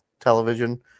television